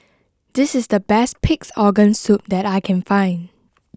this is the best Pig'S Organ Soup that I can find